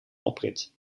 oprit